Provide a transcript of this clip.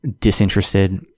disinterested